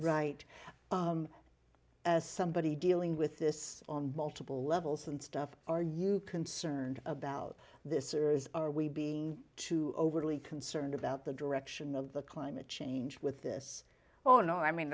right somebody dealing with this on multiple levels and stuff are you concerned about this or is are we being too overly concerned about the direction of the climate change with this oh no i mean